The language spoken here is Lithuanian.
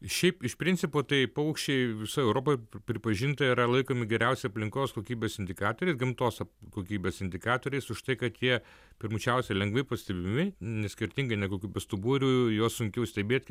šiaip iš principo tai paukščiai visoj europoj pripažinta yra laikomi geriausi aplinkos kokybės indikatoriais gamtos kokybės indikatoriais už tai kad jie pirmučiausia lengvai pastebimi skirtingai negu kaip bestuburių juos sunkiau stebėt